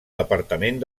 departament